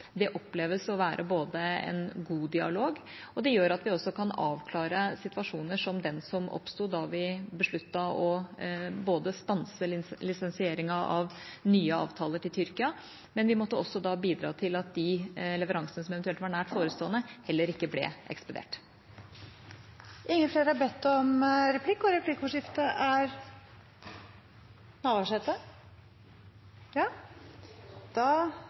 oppleves å være en god dialog. Den gjør også at vi kan avklare situasjoner som den som oppsto da vi besluttet å stanse lisensieringen av nye avtaler til Tyrkia, men vi måtte også bidra til at de leveransene som eventuelt var nært forestående, heller ikke ble ekspedert. I Danmark, der komiteen nyleg var på besøk, har